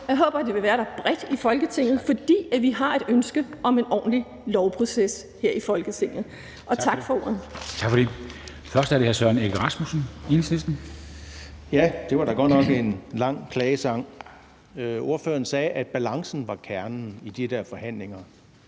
jeg håber, der vil være det bredt i Folketinget, fordi vi har et ønske om en ordentlig lovproces her i Folketinget. Tak for ordet.